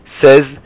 says